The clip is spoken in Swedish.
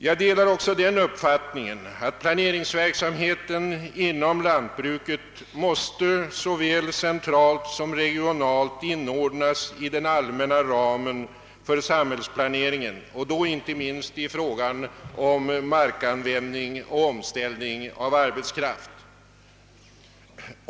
Jag delar också den uppfattningen att planeringsverksamheten inom lantbruket, såväl centralt som regionalt, måste inordnas i den allmänna ramen för samhällsplaneringen, inte minst då det gäller markanvändning och omställning av arbetskraft.